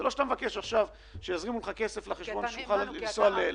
זה לא שאתה מבקש עכשיו שיזרימו כסף לחשבון שלך כדי לנסוע לנופש.